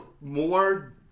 more